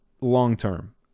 long-term